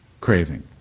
craving